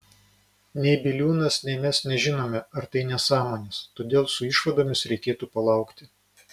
nei biliūnas nei mes nežinome ar tai nesąmonės todėl su išvadomis reikėtų palaukti